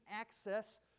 access